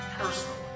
personally